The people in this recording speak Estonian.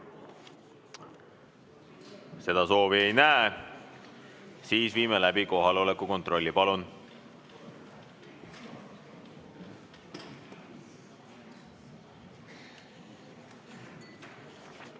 Seda soovi ei näe. Siis viime läbi kohaloleku kontrolli. Palun!